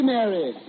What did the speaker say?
Mary